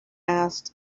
asked